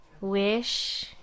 wish